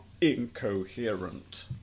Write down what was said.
incoherent